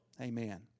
Amen